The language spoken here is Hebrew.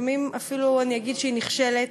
לפעמים אני אפילו אגיד שהיא נכשלת.